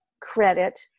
credit